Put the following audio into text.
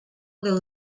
del